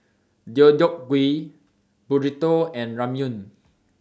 Deodeok Gui Burrito and Ramyeon